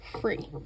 free